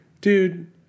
dude